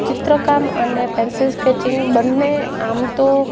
ચિત્ર કામ અને પેન્સિલ સ્કેચિંગ બંને આમ તો